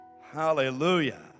Hallelujah